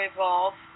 Evolve